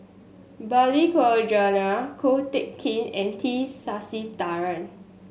Balli Kaur Jaswal Ko Teck Kin and T Sasitharan